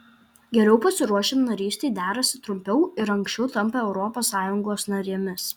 geriau pasiruošę narystei derasi trumpiau ir anksčiau tampa europos sąjungos narėmis